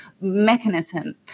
mechanism